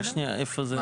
שנייה איפה זה 15